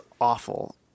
awful